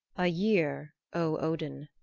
a year, o odin,